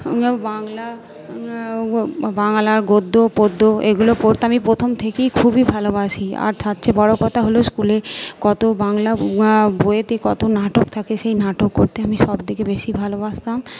বাংলা বাংলার গদ্য পদ্য এগুলো পড়তে আমি প্রথম থেকেই খুবই ভালোবাসি আর তার চেয়ে বড়ো কথা হল স্কুলে কত বাংলা বইয়েতে কত নাটক থাকে সেই নাটক করতে আমি সব থেকে বেশি ভালোবাসতাম